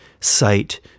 sight